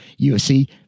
UFC